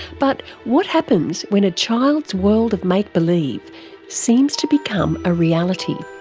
but, what happens when a child's world of make-believe seems to become a reality?